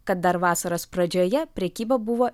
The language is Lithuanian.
kad dar vasaros pradžioje prekyba buvo